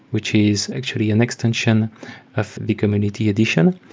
which is actually an extension of the community edition.